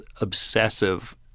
obsessive